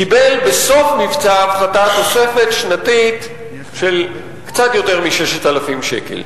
קיבל בסוף מבצע ההפחתה רק תוספת שנתית של קצת יותר מ-6,000 שקל.